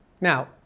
Now